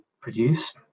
produce